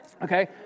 Okay